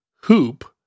hoop